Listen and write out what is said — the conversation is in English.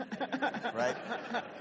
Right